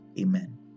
Amen